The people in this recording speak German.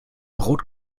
brot